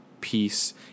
peace